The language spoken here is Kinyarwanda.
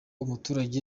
umuturage